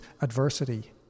adversity